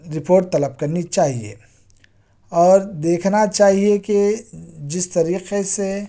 report طلب کرنی چاہیے اور دیکھنا چاہیے کہ جس طریقے سے